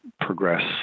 progress